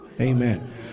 Amen